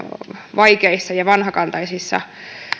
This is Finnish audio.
vaikeissa ja vanhakantaisissa